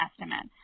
estimate